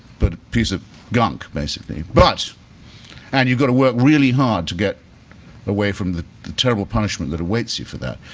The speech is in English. but a piece of gunk basically. but and you got to work really hard to get away from the the terrible punishment that awaits you for that.